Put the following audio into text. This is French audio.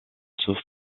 sauf